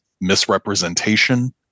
misrepresentation